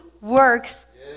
works